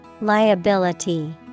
Liability